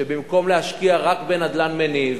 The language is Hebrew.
שבמקום להשקיע רק בנדל"ן מניב,